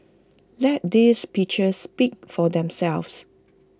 let these pictures speak for themselves